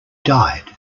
died